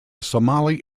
somali